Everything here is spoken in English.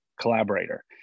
collaborator